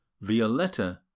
Violetta